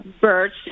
birds